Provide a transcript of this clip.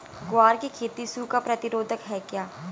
ग्वार की खेती सूखा प्रतीरोधक है क्या?